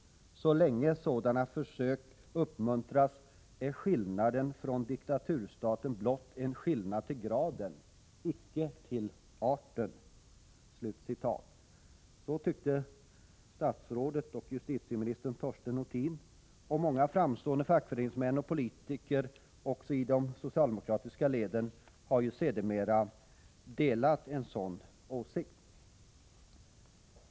Så länge sådana försök uppmuntras är skillnaden från diktaturstaten blott en skillnad till graden, icke till arten.” Så tyckte statsrådet och justitieministern Torsten Nothin, och många framstående fackföreningsmän och politiker också i de socialdemokratiska leden har sedermera uttryckt samma åsikt.